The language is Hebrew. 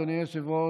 אדוני היושב-ראש,